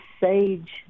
sage